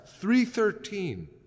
313